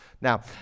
Now